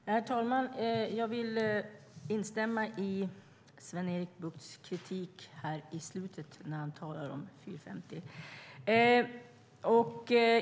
Herr talman! Jag vill instämma i Sven-Erik Buchts kritik när han talade om 450-nätet.